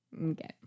Okay